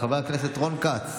חבר הכנסת רון כץ,